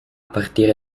partire